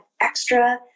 extra